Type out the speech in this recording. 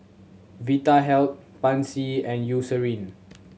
Vitahealth Pansy and Eucerin